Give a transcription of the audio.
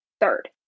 third